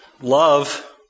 love